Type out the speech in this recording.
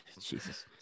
jesus